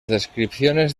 descripciones